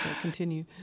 continue